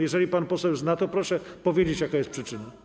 Jeżeli pan poseł zna, to proszę powiedzieć, jaka jest przyczyna.